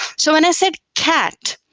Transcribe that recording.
so when i said cat,